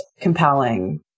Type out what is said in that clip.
compelling